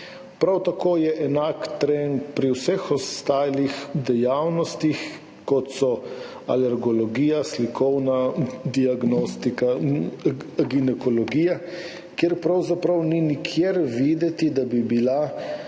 prav tako je enak trend pri vseh ostalih dejavnostih, kot so alergologija, slikovna diagnostika, ginekologija, kjer pravzaprav ni nikjer videti, da bi bila